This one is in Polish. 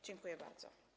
Dziękuję bardzo.